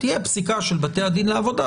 כשתהיה הפסיקה של בתי הדין לעבודה,